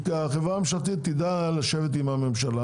החברה הממשלתית תדע לשבת עם הממשלה,